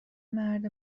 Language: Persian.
مرد